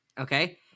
Okay